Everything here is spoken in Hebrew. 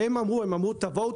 הם אמרו: תבואו,